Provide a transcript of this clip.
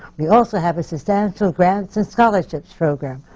we also have a substantial grants and scholarship program,